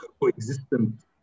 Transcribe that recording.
coexistence